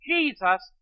Jesus